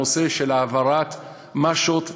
הנושא של העברת מש"אות,